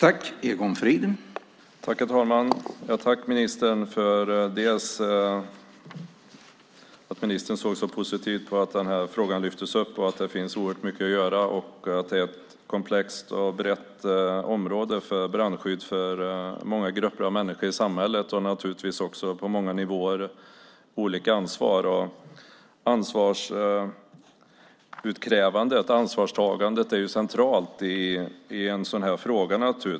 Herr talman! Jag får tacka ministern för att han ser så positivt på att frågan lyfts fram och för det som sagts om att det finns oerhört mycket att göra och om att brandskyddet är ett komplext och brett område för många grupper i samhället och naturligtvis också på många ansvarsnivåer. Ansvarsutkrävandet och ansvarstagandet är naturligtvis centrala delar i en sådan här fråga.